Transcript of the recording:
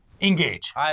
Engage